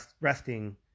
resting